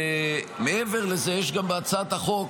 מעבר לזה יש גם בהצעת החוק,